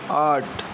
आठ